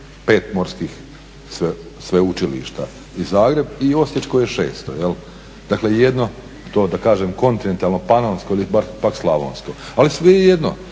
5 morskih sveučilišta i Zagreb i Osječko je 6. Dakle jedno to kontinentalno, panonsko ili pak slavonsko. Ali svejedno,